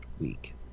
week